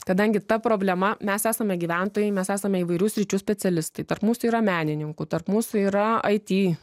kadangi ta problema mes esame gyventojai mes esame įvairių sričių specialistai tarp mūsų yra menininkų tarp mūsų yra it